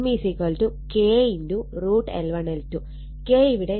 K ഇവിടെ 0